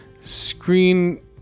screen